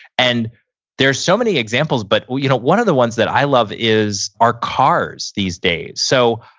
and there's so many examples, but you know one of the ones that i love is our cars these days. so,